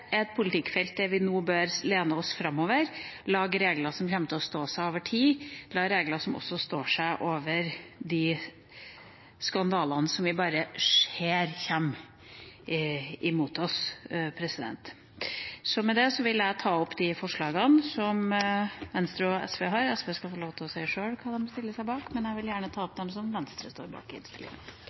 et politikkfelt der vi nå bør være framoverlent, lage regler som kommer til å stå seg over tid, lage regler som også står seg gjennom de skandalene som vi bare ser komme imot oss. Med det vil jeg ta opp forslagene fra Venstre og SV. SV skal få lov til sjøl å si hva de stiller seg bak, men jeg vil gjerne ta opp dem som Venstre står bak.